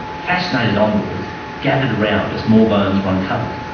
fascinated onlookers gathered around as more bones were uncovered,